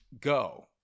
go